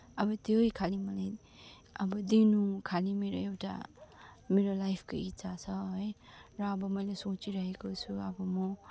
अब त्यही खालि मैले अब दिनु खालि मेरो एउटा मेरो लाइफको इच्छा छ है र अब मैले सोचिरहेको छु अब म